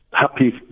happy